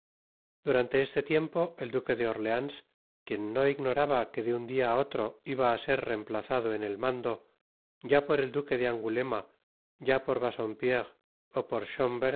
durante este tiempo el duque de orleans quien no ignoraba que de un dia á otro iba á ser reemplazado en el mando ya por el duque de angulema ya por bassompierre ó por